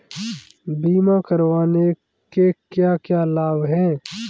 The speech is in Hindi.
बीमा करवाने के क्या क्या लाभ हैं?